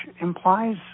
implies